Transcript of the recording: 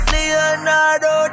Leonardo